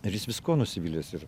ir jis viskuo nusivylęs ir